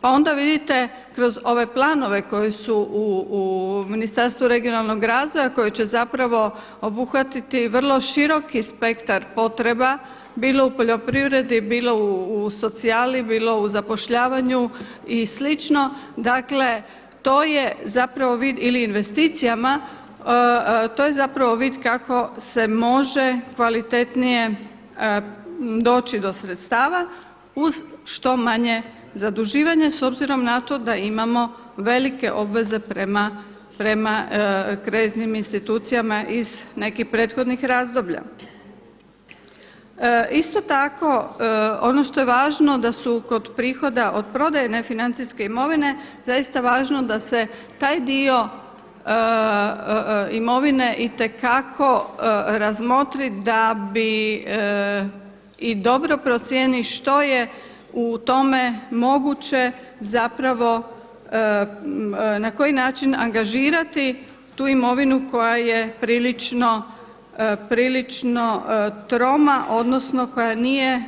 Pa onda vidite kroz ove planove koji su u Ministarstvu regionalnog razvoja koji će zapravo obuhvatiti vrlo široki spektar potreba, bilo u poljoprivredi bilo u socijali, bilo u zapošljavanju i slično, dakle to je zapravo vid, ili investicijama, to je zapravo vid kako se može kvalitetnije doći do sredstava uz što manje zaduživanje s obzirom na to da imamo velike obveze prema kreditnim institucijama iz nekih prethodnih razdoblja Isto tako ono što je važno da su kod prihoda od prodaje nefinancijske imovine zaista važno da se taj dio imovine i te kako razmotri da bi, i dobro procijeni što je u tome moguće, zapravo na koji način angažirati tu imovinu koja je prilično troma odnosno koja nije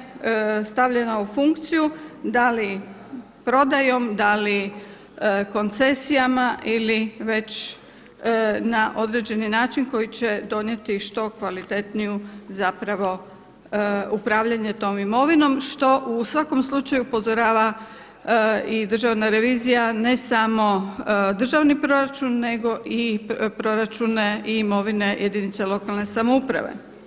stavljena u funkciju, da li prodajom, da li koncesijama ili već na određeni način koji će donijeti što kvalitetnije upravljanje tom imovinom, što u svakom slučaju upozorava i državna revizija ne samo državni proračun nego i proračune i imovine jedinica lokalne samouprave.